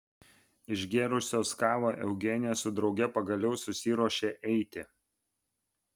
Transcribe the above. išgėrusios kavą eugenija su drauge pagaliau susiruošė eiti